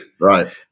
right